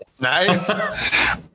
Nice